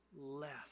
left